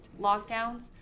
lockdowns